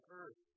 earth